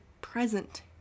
present